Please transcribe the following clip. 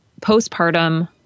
postpartum